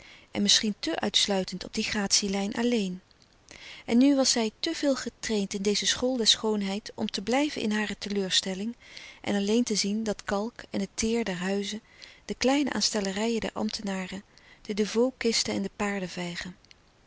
en misschien te uitsluitend op die gratie lijn alleen en nu was zij te veel getraind in deze school der schoonheid om te blijven in hare teleurstelling en alleen te zien de kalk en het teer der huizen de kleine aanstellerijen der ambtenaren de devoe kisten en de